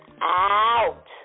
out